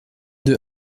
deux